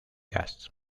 gas